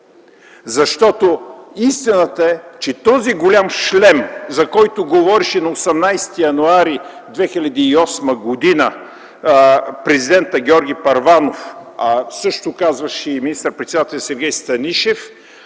Защото истината е, че този голям шлем, за който говореше на 18 януари 2008 г. президентът Георги Първанов, същото казваше и министър-председателят Сергей Станишев,